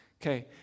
Okay